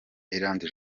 iranzi